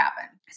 happen